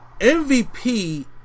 MVP